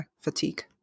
fatigue